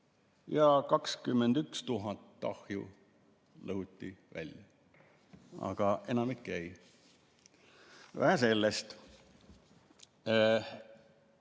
ja 21 000 ahju lõhuti välja, aga enamik jäi. Vähe sellest.